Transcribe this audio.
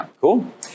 Cool